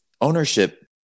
ownership